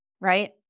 right